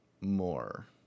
more